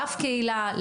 לאף קהילה,